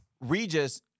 regis